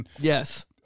Yes